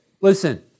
listen